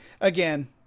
again